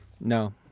No